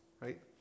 Right